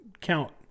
count